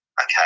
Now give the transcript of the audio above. okay